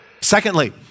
Secondly